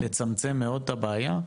לצמצם מאוד את הבעיה,